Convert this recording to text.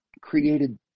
created